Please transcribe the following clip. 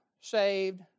saved